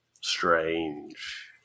strange